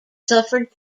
suffered